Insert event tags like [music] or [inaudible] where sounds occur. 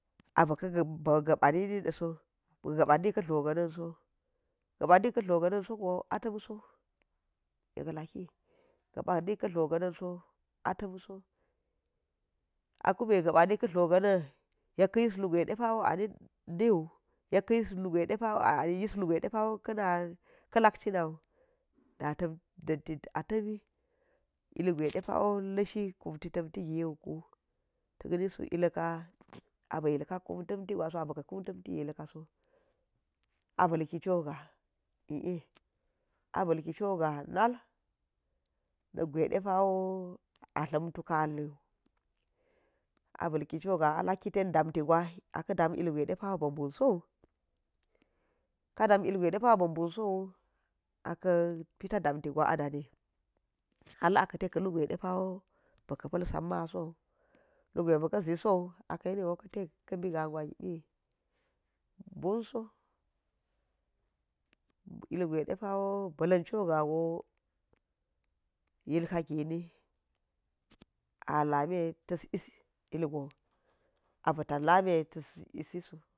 A bi ka̱ ba̱ gaba nini daso bi ga̱ba̱ ni ka̱ nndlo ga nan so, gaba̱ ni ka̱ ndlo ga̱na̱n ga̱ba̱ mika dlo a tamso akumme ga̱ba̱ ni ka̱ dlo ga̱na̱n yek ka yis ilgwe depawo a niu yeka yis lugue depawo ka̱ lak cina nau dinti a tami ilgwe depawo tuli lashi kumri tamti giwo tak ni suk [noise] yilka abi yilka kumti gwaso a bi ka̱ kumtamti yilka so cog anal nak gwe depawo a tllam tukal wu a balki coga a lak tan dam ti gwa a ka dam ilgwe depawo ba̱ bun sow ka damm ilgwe depawo be bum sow a ka̱ pita dam ti gwwa a dani hal aka̱ te ka̱ lugwe depawo baka pal samamn saw lugwe bi ka zi sau akayeni wo ka̱ te ka̱ bi nga gwa gibiyi ka̱ bi nga gwa gibiyi mbun so ilgwe depawo ba̱ lan coga go yilka gina a lamiye tas is ilgwon bvtalame tas isiso.